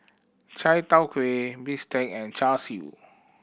chai tow kway bistake and Char Siu